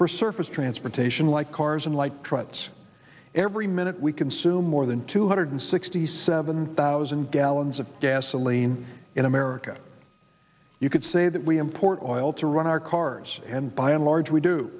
for surface transportation like cars and light trucks every minute we consume more than two hundred sixty seven thousand gallons of gasoline in america you could say that we import oil to run our cars and by and large we do